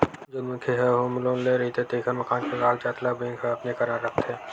जउन मनखे ह होम लोन ले रहिथे तेखर मकान के कागजात ल बेंक ह अपने करन राखथे